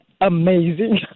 amazing